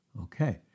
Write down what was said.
Okay